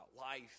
life